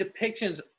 depictions